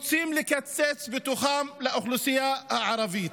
כשרוצים לקצץ בתוכן לאוכלוסייה הערבית.